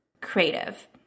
creative